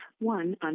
one